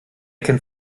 kennt